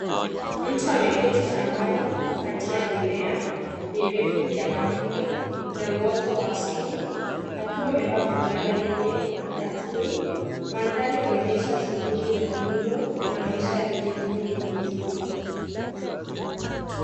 Mtu ameketi shambani kati ya mimea mirefu ya mahindi na uoto wa asili akiwa amevaa fulana yenye katuni . Mandhari inaonyesha shughuli za kilimo na maisha ya vijijini yenye utulivu.